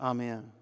Amen